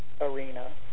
arena